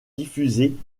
diffusée